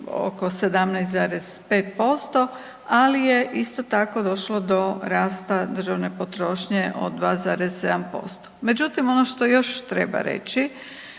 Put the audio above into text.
oko 17,5%, ali je isto tako došlo do rasta državne potrošnje od 2,7%. Međutim ono što još treba reći